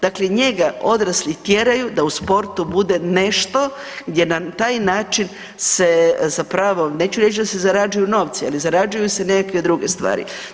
Dakle, njega odrasli tjeraju da u sportu bude nešto gdje na taj način se zapravo neću reći da se zarađuju novci, ali zarađuju se nekakve druge stvari.